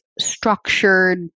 structured